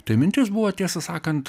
tai mintis buvo tiesą sakant